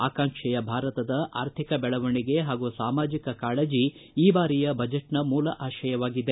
ಆಕಾಂಕ್ಷೆಯ ಭಾರತದ ಆರ್ಥಿಕ ಬೆಳವಣಿಗೆ ಹಾಗೂ ಸಾಮಾಜಿಕ ಕಾಳಜಿ ಈ ಬಾರಿಯ ಬಜೆಟ್ನ ಮೂಲ ಆಶಯವಾಗಿದೆ